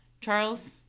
Charles